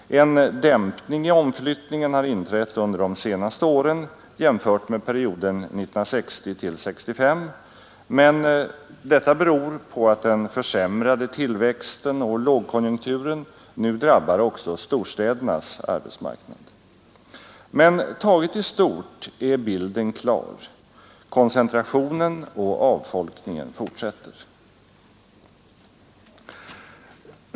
En dämpning i omflyttningen har inträtt under de senaste åren jämfört med perioden 1960—1965, men detta beror på att den försämrade tillväxten och lågkonjunkturen nu drabbar även storstädernas arbetsmarknad. Men taget i stort är bilden klar: koncentrationen och avfolkningen fortsätter.